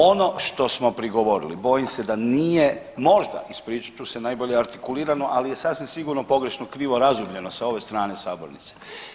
Ono što smo prigovorili bojim se da nije, možda ispričat ću se najbolje artikulirano, ali je sasvim pogrešno krivo razumljeno sa ove strane sabornice.